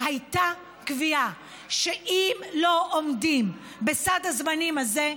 היה קביעה שאם לא עומדים בסד הזמנים הזה,